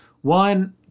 One